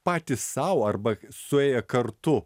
patys sau arba suėję kartu